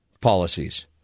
policies